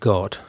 God